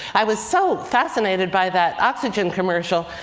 i was so fascinated by that oxygen commercial.